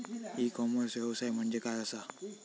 E commerce व्यवसाय म्हणजे काय असा?